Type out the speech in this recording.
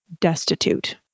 destitute